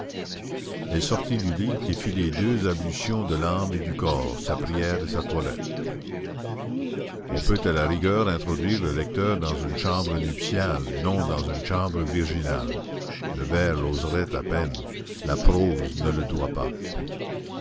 elle sortit du lit et fit les deux ablutions de l'âme et du corps sa prière et sa toilette on peut à la rigueur introduire le lecteur dans une chambre nuptiale non dans une chambre virginale le vers l'oserait à peine la prose ne le doit pas